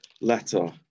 letter